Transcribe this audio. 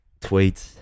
Tweets